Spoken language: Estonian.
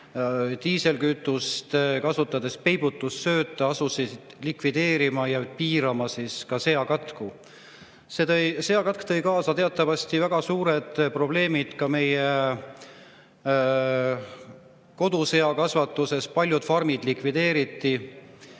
diislikütust ja kasutades peibutussööta, likvideerima ja piirama seakatku. Seakatk tõi teatavasti kaasa väga suured probleemid ka meie koduseakasvatuses. Paljud farmid likvideeriti